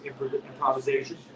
improvisation